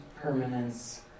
permanence